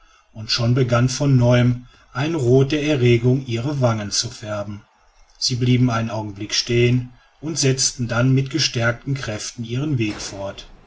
und schon begann von neuem ein roth der erregung ihre wangen zu färben sie blieben einen augenblick stehen und setzten dann mit gestärkten kräften ihren weg fort